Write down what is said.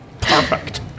Perfect